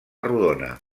rodona